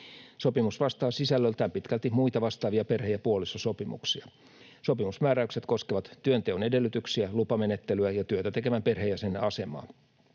Sopimus vastaa sisällöltään pitkälti muita vastaavia perhe- ja puolisosopimuksia. Sopimusmääräykset koskevat työnteon edellytyksiä, lupamenettelyä ja työtä tekevän perheenjäsenen asemaa.